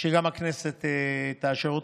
שגם הכנסת תאשר אותן.